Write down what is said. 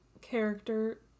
character